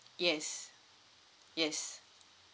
yes yes